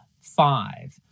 five